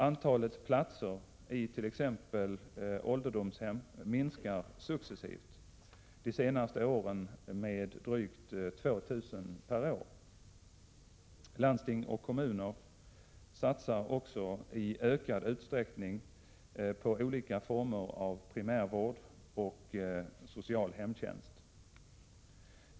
Antalet platser i t.ex. ålderdomshem minskar successivt, de senaste två åren med drygt 2 000 per år. Landsting och kommuner satsar också i ökad utsträckning på olika former av primärvård och social hemtjänst.